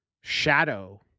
shadow